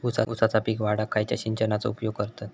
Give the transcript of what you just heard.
ऊसाचा पीक वाढाक खयच्या सिंचनाचो उपयोग करतत?